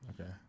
Okay